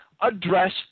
address